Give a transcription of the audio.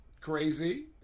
Crazy